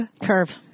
curve